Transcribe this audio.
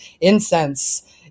incense